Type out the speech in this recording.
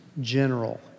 general